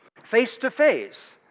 face-to-face